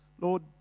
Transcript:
Lord